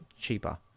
cheaper